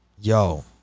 yo